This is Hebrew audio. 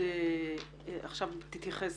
תתייחס